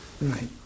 Right